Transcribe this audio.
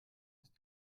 ist